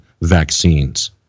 vaccines